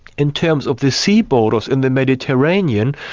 in terms of the sea borders in the mediterranean,